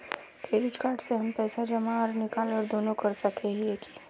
Credit card से हम पैसा जमा आर निकाल दोनों कर सके हिये की?